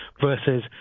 versus